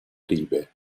rive